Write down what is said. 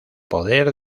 poder